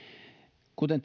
kuten